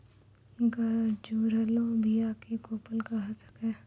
गजुरलो बीया क कोपल कहै छै